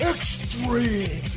Extreme